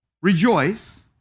Rejoice